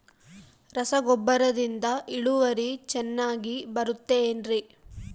ರಸಗೊಬ್ಬರದಿಂದ ಇಳುವರಿ ಚೆನ್ನಾಗಿ ಬರುತ್ತೆ ಏನ್ರಿ?